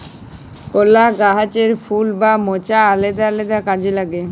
কলা গাহাচের ফুল বা মচা আলেদা আলেদা কাজে লাগে